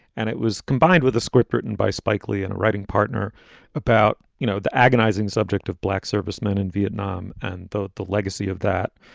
and it was combined with a script written by spike lee and a writing partner about, you know, the agonizing subject of black servicemen in vietnam and both the legacy of that,